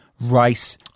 rice